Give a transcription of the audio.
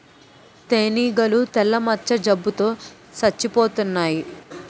తేనీగలు తెల్ల మచ్చ జబ్బు తో సచ్చిపోతన్నాయి